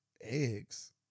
Eggs